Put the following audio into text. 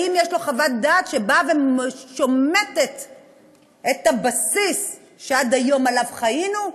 האם יש לו חוות דעת שבאה ושומטת את הבסיס שעד היום עליו חיינו,